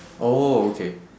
oh okay